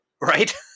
right